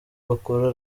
bakora